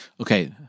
Okay